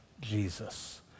Jesus